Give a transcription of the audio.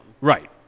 Right